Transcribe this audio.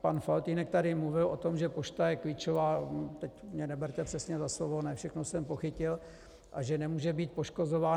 Pan Faltýnek tady mluvil o tom, že pošta je klíčová, teď mě neberte přesně za slovo, ne všechno jsem pochytil, a že nemůže být poškozována.